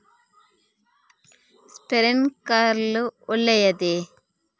Sprinkler ಒಳ್ಳೇದೇ?